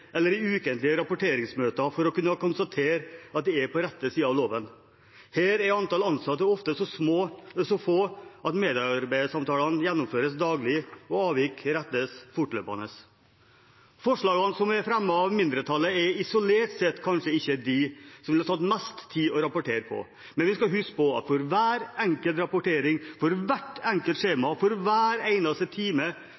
eller i ukentlige rapporteringsmøter for å kunne konstatere at de er på den rette siden av loven. Her er antallet ansatte ofte så få at medarbeidersamtalene gjennomføres daglig, og avvik rettes fortløpende. Forslaget som er fremmet av mindretallet, er isolert sett kanskje ikke det som det ville tatt mest tid å rapportere på, men vi skal huske på at for hver enkelt rapportering, for hvert enkelt skjema,